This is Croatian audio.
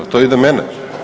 To ide mene?